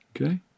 Okay